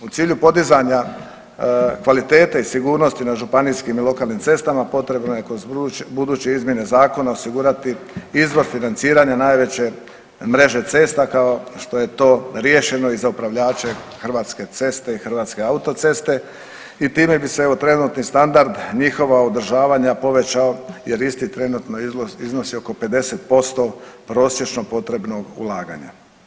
U cilju podizanja kvalitete i sigurnosti na županijskim i lokalnim cestama potrebno je kroz buduće izmjene zakona osigurati izvor financiranja najveće mreže cesta kao što je to riješeno i za upravljače Hrvatske ceste i Hrvatske autoceste i time bi se trenutni standard njihova održavanja povećao jer isti trenutno iznosi oko 50% prosječno potrebnog ulaganja.